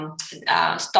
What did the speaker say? stop